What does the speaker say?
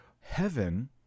Heaven